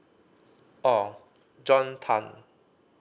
oh john tan